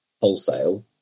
wholesale